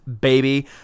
baby